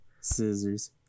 scissors